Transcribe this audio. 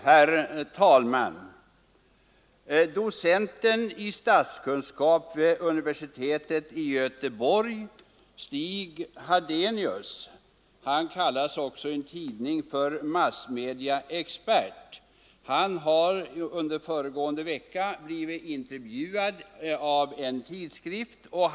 Herr talman! Docenten i statskunskap vid universitetet i Göteborg Stig Hadenius — som i en tidning också kallas för massmediaexpert — har under föregående vecka blivit intervjuad av en tidskrift. Bl.